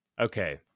okay